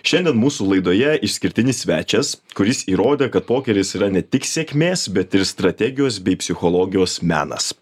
šiandien mūsų laidoje išskirtinis svečias kuris įrodė kad pokeris yra ne tik sėkmės bet ir strategijos bei psichologijos menas